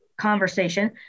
conversation